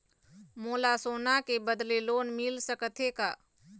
मोला सोना के बदले लोन मिल सकथे का?